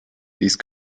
these